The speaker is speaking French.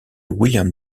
william